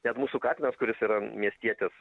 net mūsų katinas kuris yra miestietis